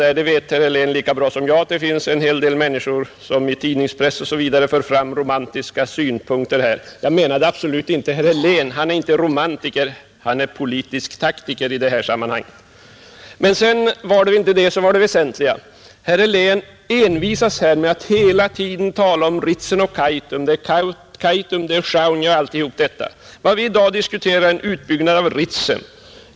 Men det vet herr Helén lika bra som jag att det finns en hel del människor som i tidningspress m.m. för fram romantiska synpunkter i denna fråga. Jag menade absolut inte herr Helén. Han är inte romantiker, utan politisk taktiker i detta sammanhang. Men det var inte det som var det väsentliga. Herr Helén envisas här med att hela tiden tala om Ritsem och Kaitum. Med Kaitum inbegrips Sjaunja och alla andra områden däromkring. Vad vi i dag diskuterar är utbyggnad av Ritsem.